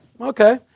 okay